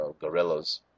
gorillas